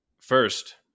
First